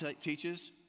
teaches